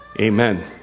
Amen